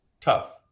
Tough